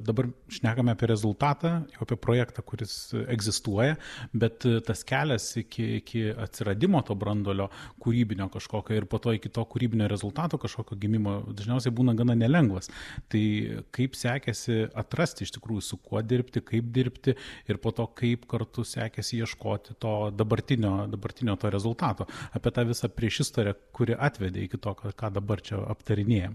dabar šnekame apie rezultatą jau apie projektą kuris egzistuoja bet tas kelias iki iki atsiradimo to branduolio kūrybinio kažkokio ir po to iki to kūrybinio rezultato kažkokio gimimo dažniausiai būna gana nelengvas tai kaip sekėsi atrasti iš tikrų su kuo dirbti kaip dirbti ir po to kaip kartu sekėsi ieškoti to dabartinio dabartinio rezultato apie tą visą priešistorę kuri atvedė iki to ką ką dabar čia aptarinėjam